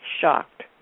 shocked